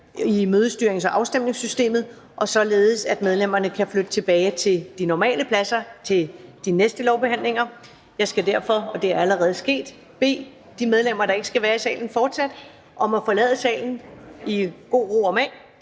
i mødestyrings- og afstemningssystemet, så vi er klar til de næste lovbehandlinger. Jeg skal derfor – og det er allerede sket – bede de medlemmer, der ikke fortsat skal være i salen, om at forlade salen i god ro og mag.